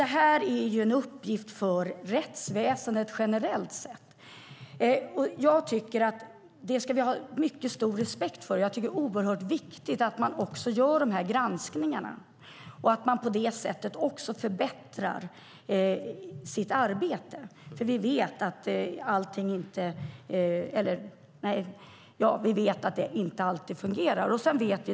Det är en uppgift för rättsväsendet generellt. Det ska vi ha mycket stor respekt för. Jag tycker att det är oerhört viktigt att man gör dessa granskningar och på det sättet förbättrar sitt arbete. Vi vet att det inte alltid fungerar.